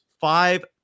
five